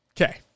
okay